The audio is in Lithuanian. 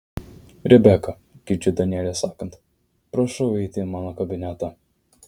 rebeka girdžiu danielę sakant prašau eiti į mano kabinetą